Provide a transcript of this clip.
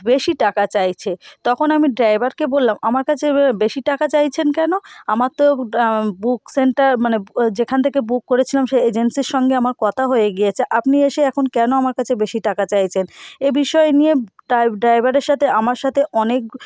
বেশি টাকা চাইছে তখন আমি ডাইভারকে বললাম আমার কাছে বেশি টাকা চাইছেন কেন আমার তো বুক সেন্টার মানে যেখান থেকে বুক করেছিলাম সেই এজেন্সির সঙ্গে আমার কতা হয়ে গিয়েচে আপনি এসে এখন কেন আমার কাছে বেশি টাকা চাইছেন এ বিষয়ে নিয়ে ক্যাব ড্রাইভারের সাথে আমার সাথে অনেক